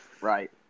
Right